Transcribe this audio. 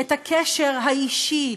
את הקשר האישי,